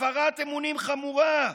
הפרת אמונים חמורה: